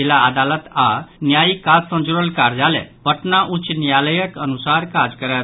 जिला अदालत आओर न्यायिक काज सँ जुड़ल कार्यालय पटना उच्च न्यायालयक अनुसार काज करत